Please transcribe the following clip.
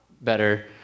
better